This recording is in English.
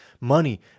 money